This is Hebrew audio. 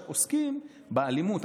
עוסקים באלימות.